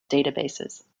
databases